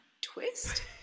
twist